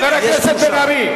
חבר הכנסת בן-ארי,